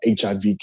hiv